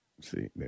See